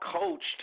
coached